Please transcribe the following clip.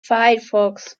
firefox